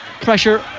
pressure